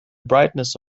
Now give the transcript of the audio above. brightness